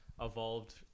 evolved